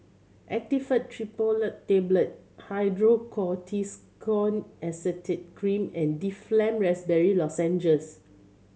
Actifed Triprolidine Tablet Hydrocortisone Acetate Cream and Difflam Raspberry Lozenges